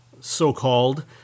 so-called